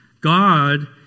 God